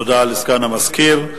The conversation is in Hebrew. תודה לסגן המזכיר.